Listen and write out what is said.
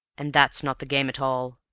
and that's not the game at all,